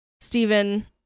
Stephen